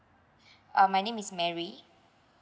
uh my name is mary